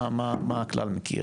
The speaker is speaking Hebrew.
מה הכלל מכיר.